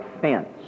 fence